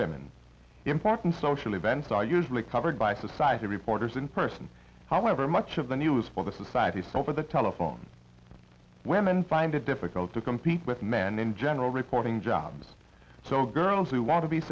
women important social events are usually covered by society reporters in person however much of the news for the society so over the telephone women find it difficult to compete with men in general reporting jobs so girls who want